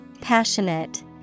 Passionate